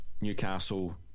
Newcastle